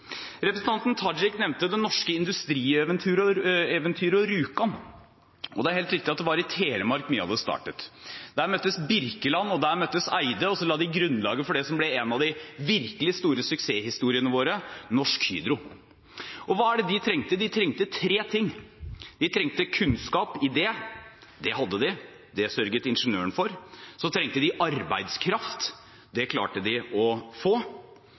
Representanten Tajik nevnte det norske industrieventyret og Rjukan. Det er helt riktig at det var i Telemark mye av det startet. Der møttes Birkeland og Eyde, og så la de grunnlaget for det som ble en av de virkelig store suksesshistoriene våre, Norsk Hydro. Hva var det de trengte? De trengte tre ting: De trengte kunnskap, en idé. Det hadde de, det sørget ingeniøren for. Så trengte de arbeidskraft. Det klarte de å få.